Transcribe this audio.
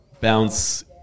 bounce